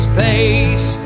face